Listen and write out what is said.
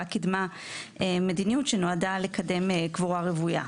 קידמה מדיניות שנועדה לקדם קבורה רוויה.